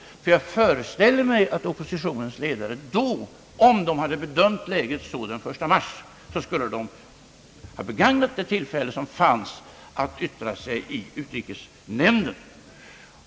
Jag förställer mig nämligen att om oppositionens ledare hade bedömt läget som så allvarligt den 1 mars, skulle de ha begagnat den möjlighet som fanns att yttra sig i utrikesnämnden.